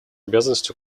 обязанностью